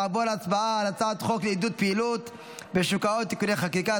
נעבור להצבעה על הצעת חוק לעידוד פעילות בשוק ההון (תיקוני חקיקה),